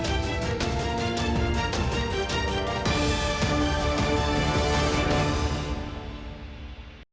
Дякую.